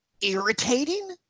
irritating